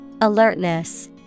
Alertness